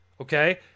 okay